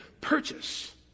purchase